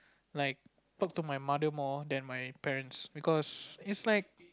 like talk to my mother more than my parents because it's like